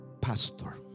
Pastor